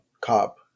cop